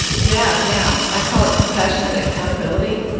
yeah, yeah. i call it compassionate accountability,